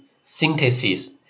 synthesis